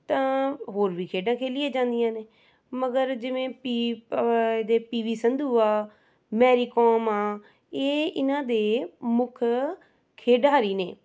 ਤਾਂ ਹੋਰ ਵੀ ਖੇਡਾਂ ਖੇਡੀਆਂ ਜਾਂਦੀਆਂ ਨੇ ਮਗਰ ਜਿਵੇਂ ਪੀ ਪੀ ਵੀ ਸੰਧੂ ਆ ਮੈਰੀ ਕੌਮ ਆ ਇਹ ਇਹਨਾਂ ਦੇ ਮੁੱਖ ਖਿਡਾਰੀ ਨੇ